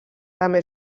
també